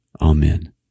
Amen